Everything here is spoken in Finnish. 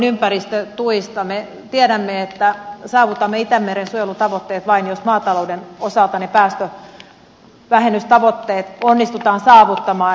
me tiedämme että saavutamme itämeren suojelutavoitteet vain jos maatalouden osalta päästövähennystavoitteet onnistutaan saavuttamaan